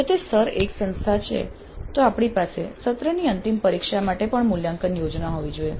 જો તે સ્તર ૧ સંસ્થા છે તો આપણી પાસે સત્રની અંતિમ પરીક્ષા માટે પણ મૂલ્યાંકન યોજના હોવી જોઈએ